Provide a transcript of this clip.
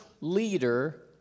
leader